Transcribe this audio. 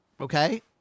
Okay